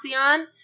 on